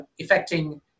affecting